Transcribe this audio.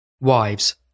Wives